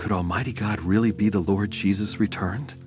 could almighty god really be the lord jesus returned